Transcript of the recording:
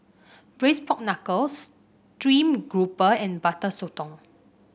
Braised Pork Knuckle stream grouper and Butter Sotong